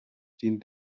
dient